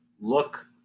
look